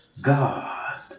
God